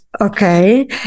Okay